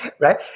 right